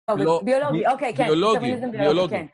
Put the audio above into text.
ביולוגי, אוקיי, כן, ביולוגי, ביולוגי.